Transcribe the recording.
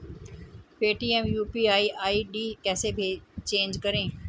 Paytm UPI ID कैसे change करें?